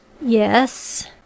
Yes